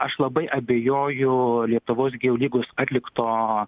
aš labai abejoju lietuvos gėjų lygos atlikto